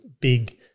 big